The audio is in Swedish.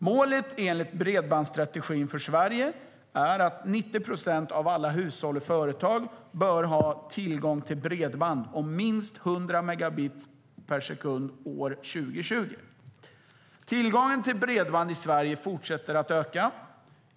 Målet enligt bredbandsstrategin för Sverige är att 90 procent av alla hushåll och företag bör ha tillgång till bredband om minst 100 megabit per sekund år 2020. Tillgången till bredband i Sverige fortsätter att öka.